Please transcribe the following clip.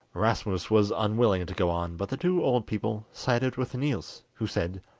rasmus was unwilling to go on, but the two old people sided with niels, who said,